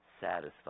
satisfied